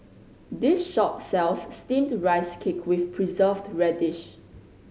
this shop sells Steamed Rice Cake with Preserved Radish